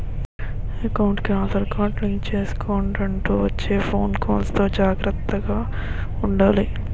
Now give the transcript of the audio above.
ఎకౌంటుకి Aadhaar card link చేసుకొండంటూ వచ్చే ఫోను కాల్స్ తో జాగర్తగా ఉండాలి